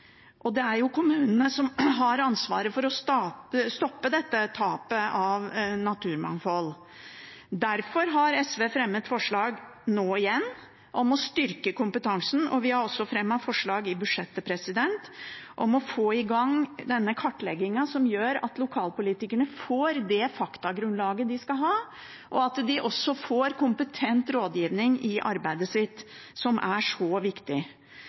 Det er kommunene som har ansvaret for å stoppe dette tapet av naturmangfold. Derfor har SV nå igjen fremmet forslag om å styrke kompetansen, og vi har også fremmet forslag i budsjettet om å få i gang den kartleggingen som gjør at lokalpolitikerne får det faktagrunnlaget de skal ha, og at de også får kompetent rådgivning i arbeidet sitt, som er så viktig.